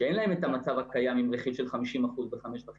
שאין להם את המצב הקיים עם רכיב של 50% ב-5.5,